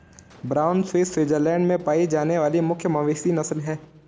brown Swiss Switzerland में पाई जाने वाली मुख्य मवेशी नस्ल है